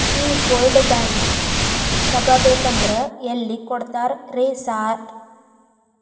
ಈ gold bond ತಗಾಬೇಕಂದ್ರ ಎಲ್ಲಿ ಕೊಡ್ತಾರ ರೇ ಸಾರ್?